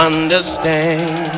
Understand